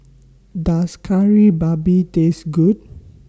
Does Kari Babi Taste Good